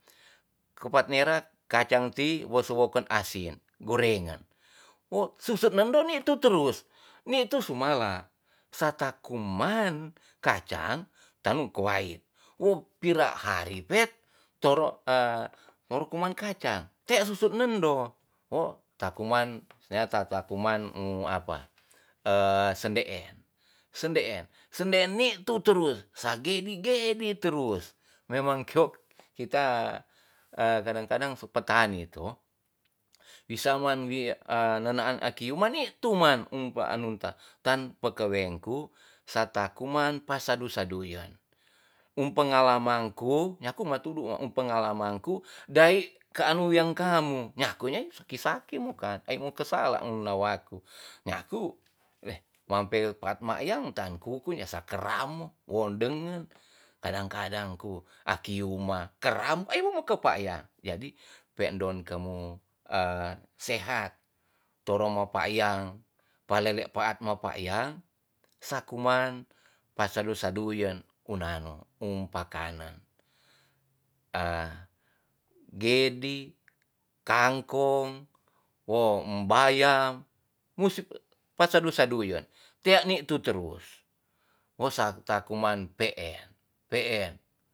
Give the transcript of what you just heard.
Kepaat nera kacang ti wose woken asin gorengen wo susut nendo ni tu turus ni tu sumalak sa ta kuman kacang tanu kewait wo pira hari pet toro e toro komang kacang te susut nendo wo ta kuman na tata kuman mu ap sende'en- sende'en sende'en ni tu turus sa gedi gedi turus memang kio kita kadang kadang so petani to wisa man wi a nenaan aki uma ni tu man um pa anun ta tan pakeweng ku sata kuman pa sadu saduyen um pengalaman ku nyaku matudu wo pengalaman ku daik keanu wean kamu nyaku nyai saki saki mokan ai mo kesala una'waku nyaku we ma pe at makyang tan kukunya sa keram mo won dengen kadang kadang ku aki uma keram ai mo kepakyang jadi pe ndon kemu e sehat toro mo pakyang pa lele paat mapakyang sa kuman pa sadu saduyen unano um pakanen a gedi kangkong wo bayam musi pa sadu saduyen tea ni tu terus wo sata kuman pe'en pe'en